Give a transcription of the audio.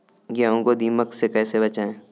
गेहूँ को दीमक से कैसे बचाएँ?